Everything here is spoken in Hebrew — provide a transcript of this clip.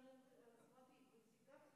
ונוגע לחוק דמי פגיעה.